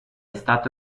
stato